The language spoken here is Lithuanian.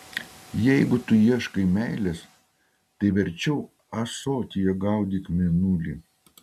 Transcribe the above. jeigu tu ieškai meilės tai verčiau ąsotyje gaudyk mėnulį